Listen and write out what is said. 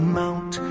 mount